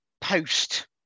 post